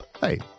Hey